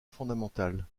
fondamentale